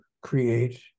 create